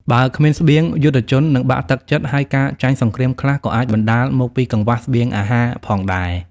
បើគ្មានស្បៀង យុទ្ធជននឹងបាក់ទឹកចិត្ត ហើយការចាញ់សង្គ្រាមខ្លះក៏អាចបណ្តាលមកពីកង្វះស្បៀងអាហារផងដែរ ។